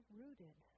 rooted